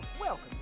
Welcome